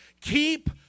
Keep